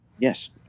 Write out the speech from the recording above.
Yes